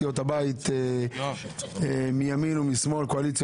מי שרצח את החייל משה תמם קיבל את אותו סכום מ-1984.